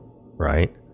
right